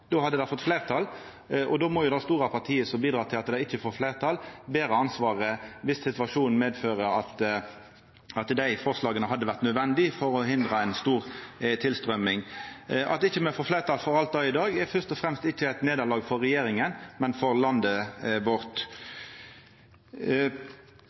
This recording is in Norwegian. hadde det vorte vedteke, det hadde fått fleirtal, og då må jo det store partiet, som bidreg til at det ikkje får fleirtal, bera ansvaret viss situasjonen medfører at dei forslaga hadde vore nødvendige for å hindra ei stor tilstrøyming. At me ikkje får fleirtal for alt dette i dag, er ikkje først og fremst eit nederlag for regjeringa, men for landet vårt.